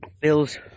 Bills